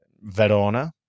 Verona